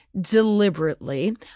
deliberately